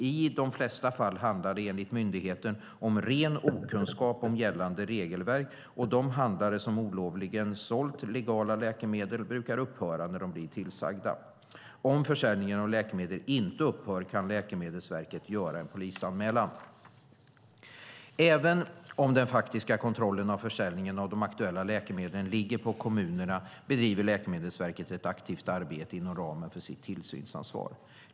I de flesta fall handlar det enligt myndigheten om ren okunskap om gällande regelverk, och de handlare som olovligen sålt legala läkemedel brukar upphöra när de blir tillsagda. Om försäljningen av läkemedel inte upphör kan Läkemedelsverket göra en polisanmälan. Även om den faktiska kontrollen av försäljningen av de aktuella läkemedlen ligger på kommunerna bedriver Läkemedelsverket ett aktivt arbete inom ramen för sitt tillsynsansvar.